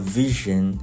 vision